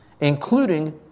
including